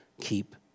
keep